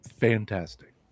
Fantastic